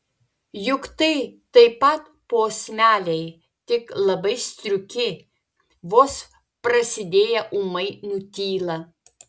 juk tai taip pat posmeliai tik labai striuki vos prasidėję ūmai nutyla